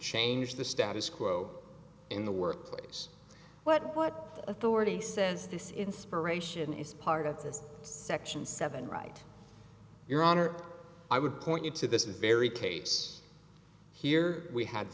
change the status quo in the workplace what what authority says this inspiration is part of this section seven right your honor i would point you to this is very case here we had